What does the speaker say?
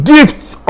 Gifts